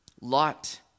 lot